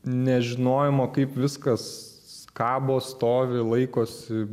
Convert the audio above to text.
nežinojimo kaip viskas kabo stovi laikosi